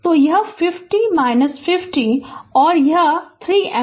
तो यह 50 50 है और यह 3 एम्पीयर है